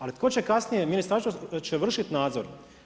Ali tko će kasnije, Ministarstvo će vršit nadzor.